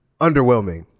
underwhelming